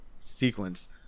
sequence